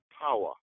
power